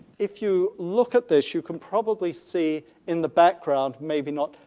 if you look at this you can probably see in the background, maybe not,